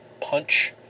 Punch